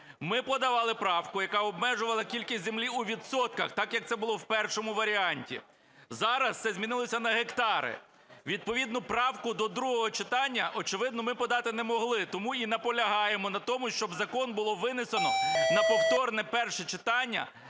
Ми подавали правку, яка обмежувала кількість землі у відсотках, так, як це було в першому варіанті. Зараз це змінилось на гектари. Відповідну правку до другого читання, очевидно, ми подати не могли. Тому і наполягаємо на тому, щоб закон було винесено на повторне перше читання,